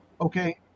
okay